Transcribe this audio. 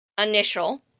initial